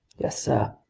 yes, sir.